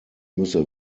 müsse